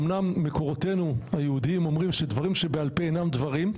אמנם מקורותינו היהודיים אומרים שדברים שבעל פה אינם דברים,